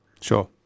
Sure